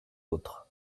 autres